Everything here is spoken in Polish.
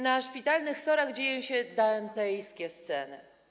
Na szpitalnych SOR-ach dzieją się dantejskie sceny.